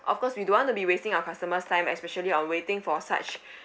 of course we don't want to be wasting our customers' time especially on waiting for such